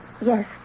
Yes